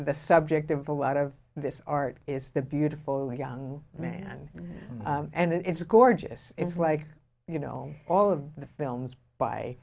the subject of a lot of this art is the beautiful young man and it's gorgeous it's like you know all of the films by